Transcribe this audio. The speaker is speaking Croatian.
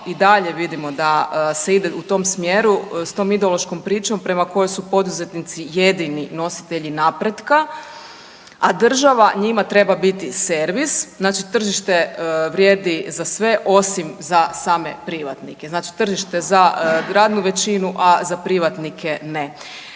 i dalje vidimo da se ide u tom smjeru s tom ideološkom pričom prema kojoj su poduzetnici jedini nositelji napretka, a država njima treba biti servis znači tržište vrijedi za sve osim za same privatnike. Znači tržište za … većinu, a za privatnike ne,